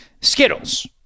Skittles